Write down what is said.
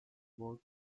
work